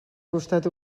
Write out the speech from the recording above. costat